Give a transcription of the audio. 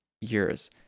years